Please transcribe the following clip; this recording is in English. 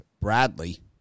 Bradley